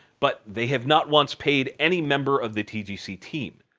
but they have not once paid any member of the tgc team.